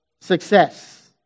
success